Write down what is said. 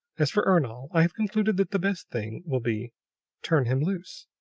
as for ernol, i have concluded that the best thing will be turn him loose!